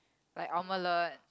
like omelette